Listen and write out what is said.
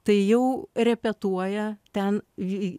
tai jau repetuoja ten jį